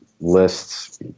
lists